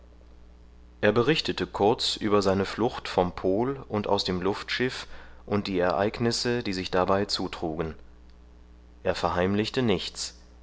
er berichtete kurz über seine flucht vom pol und aus dem luftschiff und die ereignisse die sich dabei zutrugen er verheimlichte nichts